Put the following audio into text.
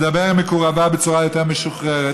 מדבר עם מקורביו בצורה יותר משוחררת,